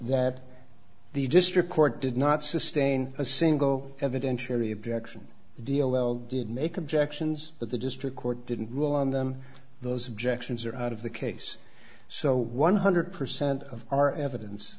that the district court did not sustain a single evidentiary objection to deal well did make objections but the district court didn't rule on them those objections are out of the case so one hundred percent of our evidence